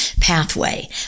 pathway